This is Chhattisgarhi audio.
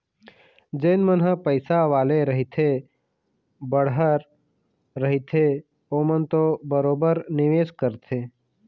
जेन मन ह पइसा वाले रहिथे बड़हर रहिथे ओमन तो बरोबर निवेस करथे